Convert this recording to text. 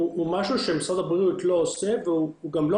זה משהו שמשרד הבריאות לא עושה והוא גם לא